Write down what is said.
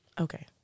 okay